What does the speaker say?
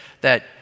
that